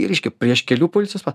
reiškia prieš kelių policijos pas